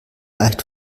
leicht